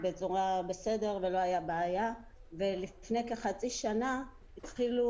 בצורה בסדר ולא הייתה בעיה ולפני כחצי שנה התחילו